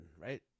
right